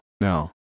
no